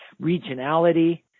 regionality